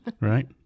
right